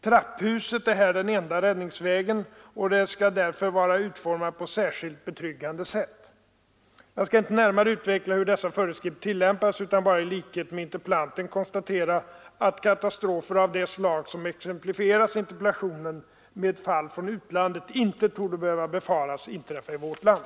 Trapphuset är här den enda räddningsvägen, och det skall därför vara utformat på särskilt betryggande sätt. Jag skall inte närmare utveckla hur dessa föreskrifter tillämpas, utan bara, i likhet med interpellanten, konstatera att katastrofer av det slag som exemplifieras i interpellationen med fall från utlandet inte torde behöva befaras inträffa i vårt land.